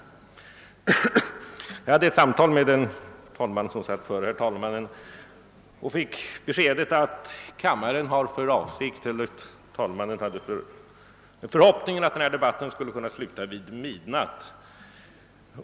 Vid samtal med den av de vice talmännen som ledde våra förhandlingar före den nu sittande talmannen fick jag beskedet att talmannen hyste förhoppningen att denna debatt skulle kunna sluta vid midnatt.